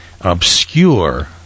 obscure